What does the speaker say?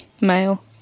male